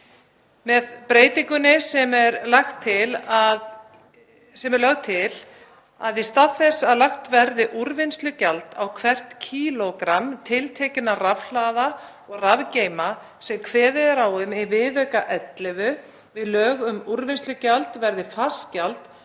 Með breytingunni er lagt til að í stað þess að lagt verði úrvinnslugjald á hvert kílógramm tiltekinna rafhlaða og rafgeyma, sem kveðið er á um í viðauka XI við lög um úrvinnslugjald, verði fast gjald